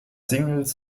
singles